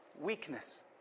weakness